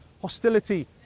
hostility